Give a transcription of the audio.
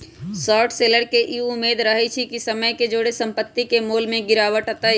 short seller के इ उम्मेद रहइ छइ कि समय के जौरे संपत्ति के मोल में गिरावट अतइ